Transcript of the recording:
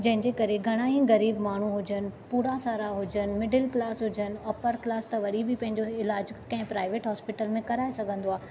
जंहिं जे करे घणा ई ग़रीब माण्हू हुजनि पूरा सारा हुजनि मिडिल क्लास हुजनि अपर क्लास त वरी बि पंहिंजो इलाजु कंहिं प्राइवेट हॉस्पिटल में कराए सघंदो आहे